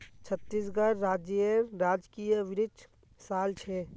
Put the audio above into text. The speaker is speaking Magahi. छत्तीसगढ़ राज्येर राजकीय वृक्ष साल छे